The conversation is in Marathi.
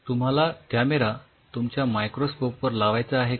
तुम्हाला कॅमेरा तुमच्या मायक्रोस्कोप वर लावायचा आहे का